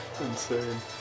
insane